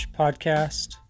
podcast